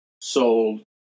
sold